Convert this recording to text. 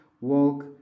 walk